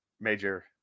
major